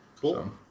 Cool